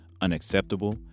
unacceptable